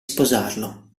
sposarlo